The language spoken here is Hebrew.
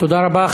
תודה רבה.